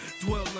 Dwell